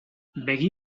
begi